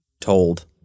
told